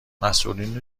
مسئولین